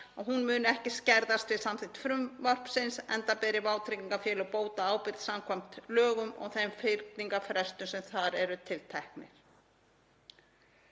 hún muni ekki skerðast við samþykkt frumvarpsins enda beri vátryggingafélög bótaábyrgð samkvæmt lögum og þeim fyrningarfrestum sem þar eru tilteknir.